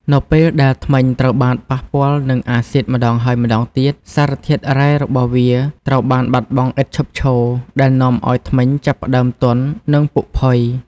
នៅពេលដែលធ្មេញត្រូវបានប៉ះពាល់នឹងអាស៊ីតម្តងហើយម្តងទៀត សារធាតុរ៉ែរបស់វាត្រូវបានបាត់បង់ឥតឈប់ឈរ ដែលនាំឱ្យធ្មេញចាប់ផ្តើមទន់ និងពុកផុយ។